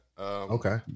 Okay